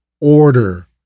order